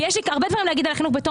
ויש לי הרבה דברים להגיד על החינוך בתור